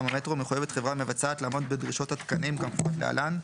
המטרו מחויבת חברה מבצעת לעמוד בדרישות התקנים כמפורט להלן,